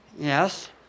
Yes